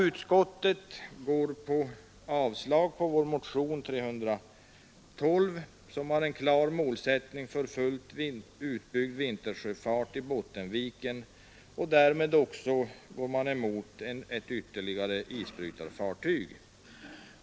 Utskottet yrkar avslag på vår motion 312, som har en klar målsättning för fullt utbyggd vintersjöfart i Bottenviken. Därmed går utskottet också emot beställning av ytterligare ett isbrytarfartyg.